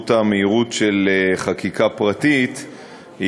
בזכות המהירות של חקיקה פרטית,